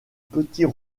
petits